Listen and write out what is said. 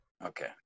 okay